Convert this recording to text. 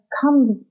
comes